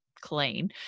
clean